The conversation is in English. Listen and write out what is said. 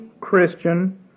Christian